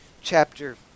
chapter